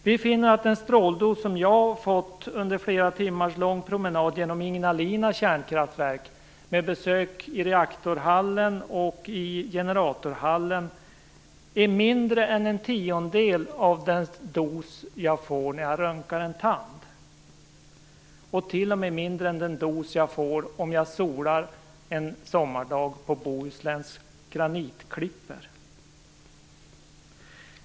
Vi finner att den stråldos som jag fick efter en flera timmar lång promenad genom Ignalina kärnkraftverk med besök i reaktorhall och generatorhall är mindre än en tiondel av den dos jag får när jag röntgar en tand, och t.o.m. mindre än den dos jag får om jag solbadar en dag på Bohusläns granitklippor.